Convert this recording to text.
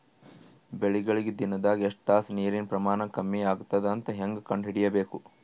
ಬೆಳಿಗಳಿಗೆ ದಿನದಾಗ ಎಷ್ಟು ತಾಸ ನೀರಿನ ಪ್ರಮಾಣ ಕಮ್ಮಿ ಆಗತದ ಅಂತ ಹೇಂಗ ಕಂಡ ಹಿಡಿಯಬೇಕು?